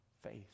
faith